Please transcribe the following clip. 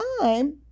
time